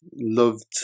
Loved